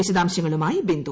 വിശദാംശങ്ങളുമായി ബിന്ദു